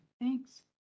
Thanks